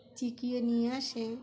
চিকিয়ে নিয়ে আসে